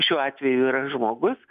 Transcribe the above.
šiuo atveju yra žmogus